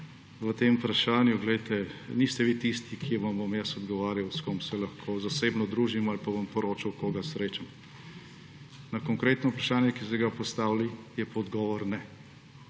o tem vprašanju. Glejte, niste vi tisti, ki vam bom jaz odgovarjal, s kom se lahko zasebno družim ali pa bom poročal koga srečam. Na konkretno vprašanje, ki ste ga postavili, je pa odgovor ne.